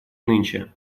нынче